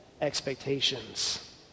expectations